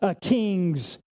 kings